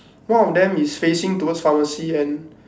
one of them is facing towards pharmacy and